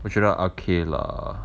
我觉得 okay lah